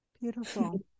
Beautiful